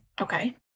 Okay